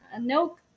No